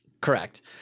Correct